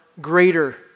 greater